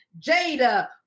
Jada